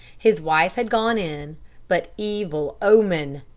his wife had gone in but, evil omen!